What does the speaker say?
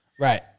Right